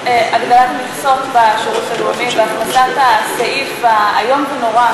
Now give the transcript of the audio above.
הגדלת המכסות והכנסת הסעיף האיום ונורא